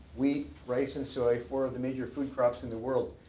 wheat, rice, and soy. four of the major food crops in the world.